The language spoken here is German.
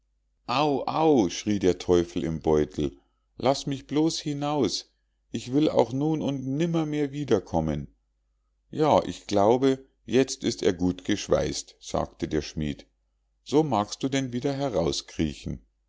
au schrie der teufel im beutel laß mich bloß hinaus ich will auch nun und nimmermehr wiederkommen ja ich glaube jetzt ist er gut geschweißt sagte der schmied so magst du denn wieder herauskriechen